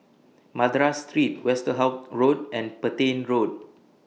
Madras Street Westerhout Road and Petain Road